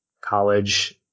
college